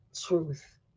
truth